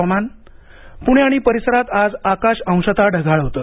हवामान पुणे आणि परिसरात आज आकाश अंशत ढगाळ होते